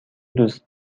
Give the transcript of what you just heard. دوست